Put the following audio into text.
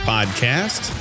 Podcast